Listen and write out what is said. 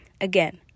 Again